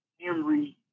Henry